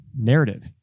narrative